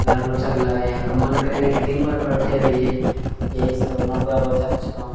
रोचक लगयहँ ओकरा मन करयहँ दिन भर पढ़ते रहीए यही सभ हमरा पूरा रोचक छिकौँ